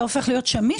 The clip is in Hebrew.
זה הופך להיות שמיש?